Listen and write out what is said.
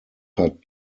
cut